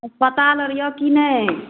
हस्पताल अर य की नहि